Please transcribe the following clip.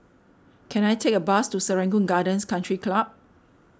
can I take a bus to Serangoon Gardens Country Club